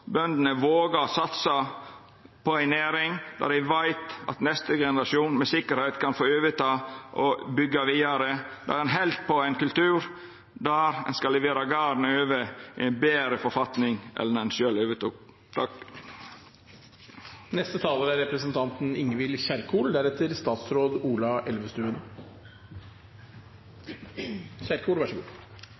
bøndene vågar å satsa på ei næring der dei veit at neste generasjon med sikkerheit kan få overta og byggja vidare. Då har ein heldt på ein kultur der ein skal levera garden over i ei betre forfatning enn han var i då ein sjølv overtok.